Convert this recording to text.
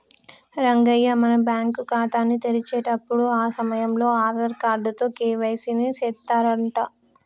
రంగయ్య మనం బ్యాంకు ఖాతాని తెరిచేటప్పుడు ఆ సమయంలో ఆధార్ కార్డు తో కే.వై.సి ని సెత్తారంట